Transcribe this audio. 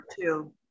two